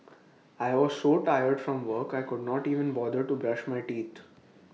I was so tired from work I could not even bother to brush my teeth